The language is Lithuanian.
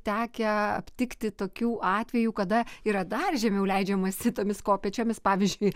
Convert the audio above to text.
tekę aptikti tokių atvejų kada yra dar žemiau leidžiamasi tomis kopėčiomis pavyzdžiui